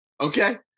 Okay